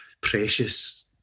precious